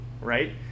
right